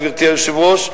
גברתי היושבת-ראש,